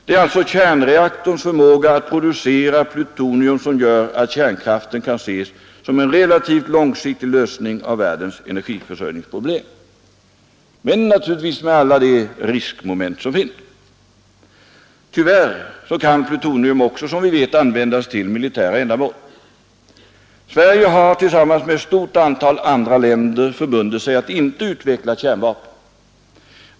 Det är alltså kärnreaktorns förmåga att producera plutonium som gör att kärnkraften kan ses som en relativt långsiktig lösning av världens energiförsörjningsproblem, men naturligtvis med alla de riskmoment som finns. Tyvärr kan plutonium också, som vi vet, användas till militära ändamål. Sverige har tillsammans med ett stort antal andra länder förbundit sig att inte utveckla kärnvapen.